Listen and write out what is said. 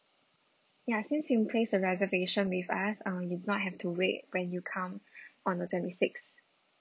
ya since you placed a reservation with us uh you do not have to wait when you come on the twenty sixth